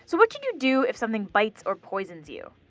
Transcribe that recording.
so what should you do if something bites or poisons you?